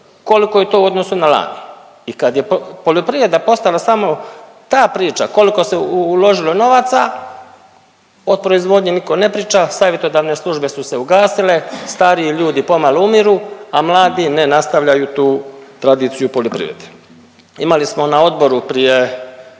koliko je to u odnosu na lani. I kad je poljoprivreda postala samo ta priča koliko se uložilo novaca, o proizvodnji niko ne priča, savjetodavne službe su se ugasile, stariji ljudi pomalo umiru, a mladi ne nastavljaju tu tradiciju poljoprivrede. Imali smo na odboru prije